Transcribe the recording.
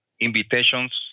invitations